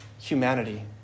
humanity